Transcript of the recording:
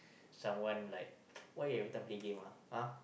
someone like why you everytime play game ah !huh!